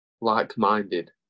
like-minded